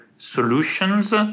Solutions